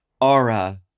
Aura